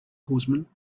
horsemen